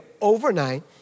overnight